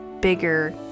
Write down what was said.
bigger